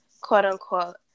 quote-unquote